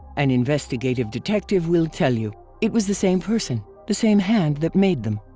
an investigative detective will tell you it was the same person, the same hand that made them.